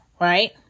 right